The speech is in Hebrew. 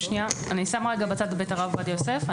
אני שמה רגע בצד את בית הרב עובדיה יוסף.